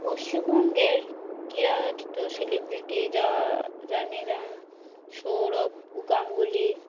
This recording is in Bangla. পশ্চিমবঙ্গের ক্রীড়া ব্যক্তিত্ব সেলিব্রিটি জা জানি যেমন সৌরভ গাঙ্গুলি